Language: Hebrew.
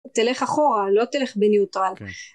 תלך אחורה, לא תלך בניוטרל.